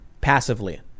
Passively